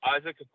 Isaac